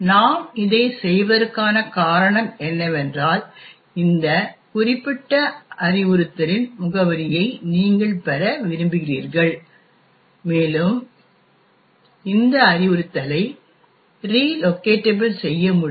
நாம் இதைச் செய்வதற்கான காரணம் என்னவென்றால் இந்த குறிப்பிட்ட அறிவுறுத்தலின் முகவரியை நீங்கள் பெற விரும்புகிறீர்கள் மேலும் இந்த அறிவுறுத்தலை ரிலோகேட்டபிள் செய்ய முடியும்